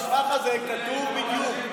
במסמך הזה כתוב בדיוק,